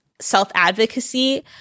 self-advocacy